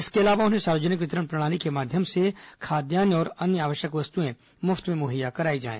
इसके अलावा उन्हें सार्वजनिक वितरण प्रणाली के माध्यम से खाद्यान्न और अन्य आवश्यक वस्तुएं मुफ्त में मुहैया कराई जाएं